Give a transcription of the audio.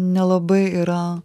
nelabai yra